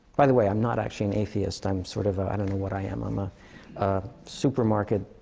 by the way, i'm not actually an atheist. i'm sort of a i don't know what i am. i'm a a supermarket